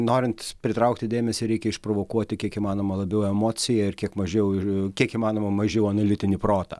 norint pritraukti dėmesį reikia išprovokuoti kiek įmanoma labiau emociją ir kiek mažiau ir kiek įmanoma mažiau analitinį protą